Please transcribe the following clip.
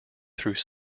through